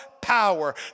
power